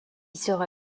sera